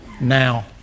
now